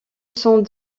sont